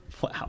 Wow